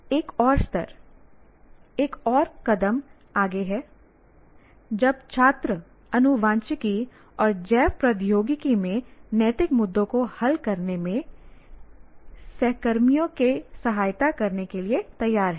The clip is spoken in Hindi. एक और स्तर एक और कदम आगे है जब छात्र आनुवांशिकी और जैव प्रौद्योगिकी में नैतिक मुद्दों को हल करने में टीम के साथियों की सहायता करने के लिए तैयार है